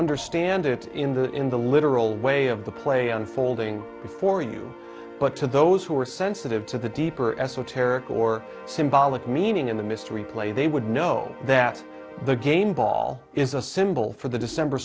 understand it in the in the literal way of the play unfolding before you but to those who are sensitive to the deeper esoteric or symbolic meaning in the mystery play they would know that the game ball is a symbol for the december